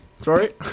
Sorry